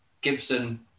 gibson